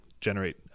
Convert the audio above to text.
generate